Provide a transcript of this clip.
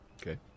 Okay